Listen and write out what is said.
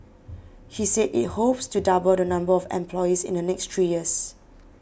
he said it hopes to double the number of employees in the next three years